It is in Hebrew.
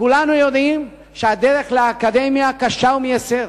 כולנו יודעים שהדרך לאקדמיה קשה ומייסרת.